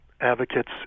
advocates